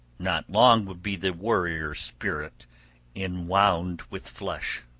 not long would be the warrior's spirit enwound with flesh.